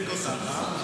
גיבורים נגד מלחמות.